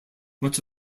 much